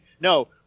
no